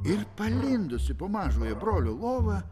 ir palindusi po mažojo brolio lova